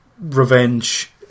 revenge